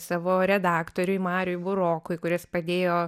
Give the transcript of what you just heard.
savo redaktoriui mariui burokui kuris padėjo